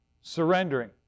surrendering